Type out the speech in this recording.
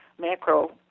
macro